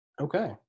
Okay